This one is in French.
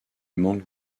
manque